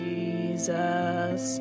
Jesus